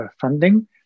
funding